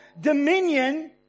dominion